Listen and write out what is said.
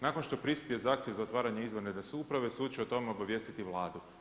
Nakon što prispije zahtjev za otvaranje izvanredne suuprave sud će o tome obavijestiti Vladu.